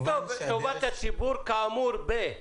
נכתוב: "טובת הציבור כאמור ב-".